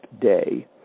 day